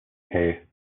hey